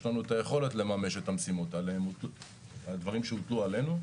לנו את היכולת לממש את המשימות והדברים שהוטלו עלינו,